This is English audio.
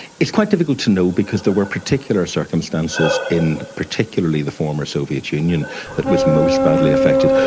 it's quite difficult to know because there were particular circumstances in particularly the former soviet union that was most badly affected,